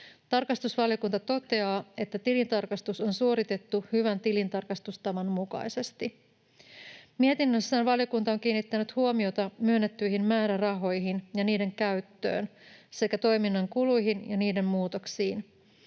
Tarkastusvaliokunta toteaa, että tilintarkastus on suoritettu hyvän tilintarkastustavan mukaisesti. Mietinnössään valiokunta on kiinnittänyt huomiota myönnettyihin määrärahoihin ja niiden käyttöön sekä toiminnan kuluihin ja niiden muutoksiin.